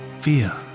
fear